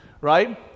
right